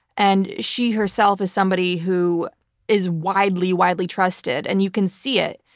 and she herself is somebody who is widely, widely trusted. and you can see it,